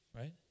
right